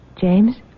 James